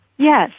Yes